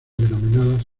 denominadas